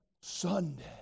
Sunday